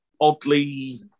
oddly